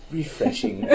Refreshing